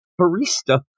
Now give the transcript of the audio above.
barista